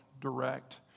direct